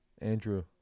andrew